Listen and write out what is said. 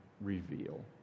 reveal